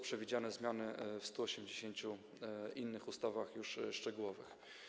Przewidziane są zmiany w 180 innych ustawach, już szczegółowych.